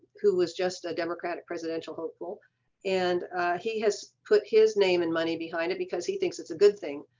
who was just a democratic presidential hopeful and he has put his name and money behind it, because he thinks it's a good thing.